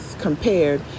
compared